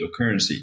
cryptocurrency